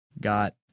got